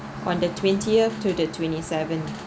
on the twentieth to the twenty-seven